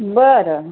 बरं